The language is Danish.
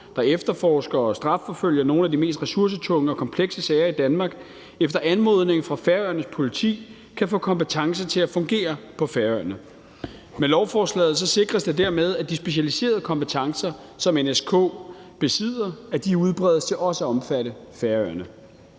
der efterforsker og strafforfølger nogle af de mest ressourcetunge og komplekse sager i Danmark, efter anmodning fra Færøernes Politi kan få kompetence til at fungere på Færøerne. Med lovforslaget sikres det dermed, at de specialiserede kompetencer, som NSK besidder, udbredes til også at omfatte Færøerne.